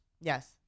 Yes